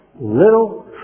little